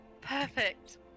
Perfect